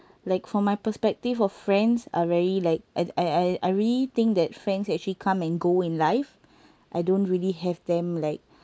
like from my perspective of friends are very like I I I really think that friends actually come and go in life I don't really have them like